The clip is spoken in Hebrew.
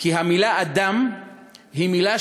כי המילה אדם היא מילה